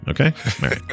Okay